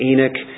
Enoch